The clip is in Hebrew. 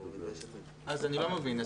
אז אני לא מבין,